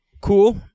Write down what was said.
cool